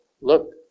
look